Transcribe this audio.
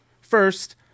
First